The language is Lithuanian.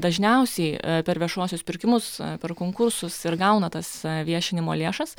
dažniausiai per viešuosius pirkimus per konkursus ir gauna tas viešinimo lėšas